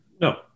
No